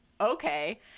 okay